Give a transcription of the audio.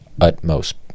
utmost